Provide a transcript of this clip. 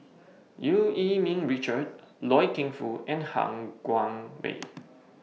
EU Yee Ming Richard Loy Keng Foo and Han Guangwei